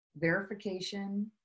verification